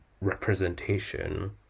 representation